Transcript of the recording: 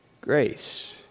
grace